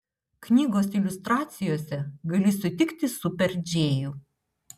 knygos iliustracijose gali sutikti super džėjų